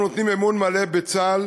אנחנו נותנים אמון מלא בצה"ל,